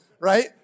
right